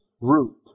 root